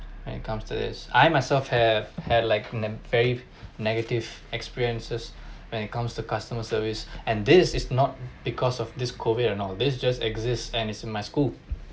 when it comes to this I myself have had like very negative experiences when it comes to customer service and this is not because of this COVID and all this just exists and is in my school